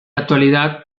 actualidad